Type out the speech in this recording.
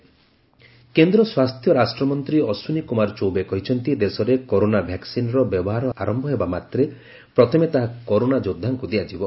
corona warrior କେନ୍ଦ୍ର ସ୍ୱାସ୍ଥ୍ୟ ରାଷ୍ଟ୍ରମନ୍ତ୍ରୀ ଅଶ୍ୱିନୀ କୁମାର ଚୌବେ କହିଚ୍ଚନ୍ତି ଦେଶରେ କରୋନା ଭ୍ୟାକ୍ସିନ୍ର ବ୍ୟବହାର ଆରମ୍ଭ ହେବାମାତ୍ରେ ପ୍ରଥମେ ତାହା କରୋନା ଯୋଦ୍ଧାଙ୍କୁ ଦିଆଯିବ